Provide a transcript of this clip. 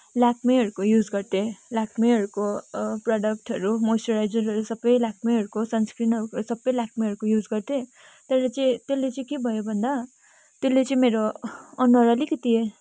ल्याक्मेहरूको use गर्थेँ ल्याक्मेहरूको प्रोडक्टहरू मोइस्चराइजरहरू सबै ल्याक्मेहरूको सन्सक्रिमहरू सबै ल्याक्मेहरूको युज गर्थेँ तर चाहिँ त्यसले चाहिँ के भयो भन्दा त्यसले चाहिँ मेरो अनुहार अलिकति